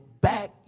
back